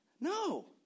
No